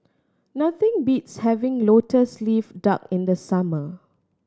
nothing beats having Lotus Leaf Duck in the summer